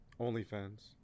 OnlyFans